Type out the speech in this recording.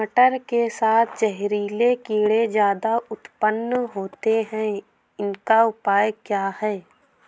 मटर के साथ जहरीले कीड़े ज्यादा उत्पन्न होते हैं इनका उपाय क्या है?